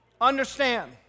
Understand